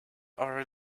are